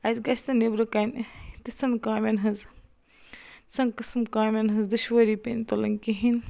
اَسہِ گَژھہِ نہٕ نٮ۪برٕ کٔنۍ تِژھن کامٮ۪ن ہٕنٛزۍ سن قٕسم کامٮ۪ن ہٕنٛز دُشوٲری پینۍ تُلںۍ کِہیٖنۍ